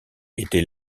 était